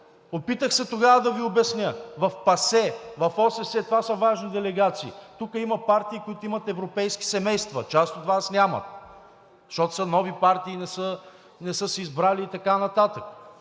опитах се тогава да Ви обясня, в ПАСЕ, в ОССЕ, това са важни делегации, тук има партии, които имат европейски семейства, част от Вас нямат, защото са нови партии и не са си избрали и така нататък.